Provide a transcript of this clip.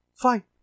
fine